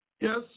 Yes